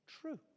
True